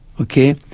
Okay